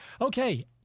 Okay